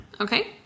Okay